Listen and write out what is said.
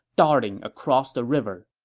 darting across the river